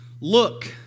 Look